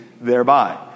thereby